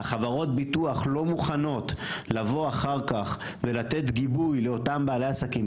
חברות הביטוח לא מוכנות לבוא אחר כך ולתת גיבוי לאותם בעלי עסקים,